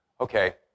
Okay